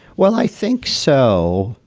well, i think so.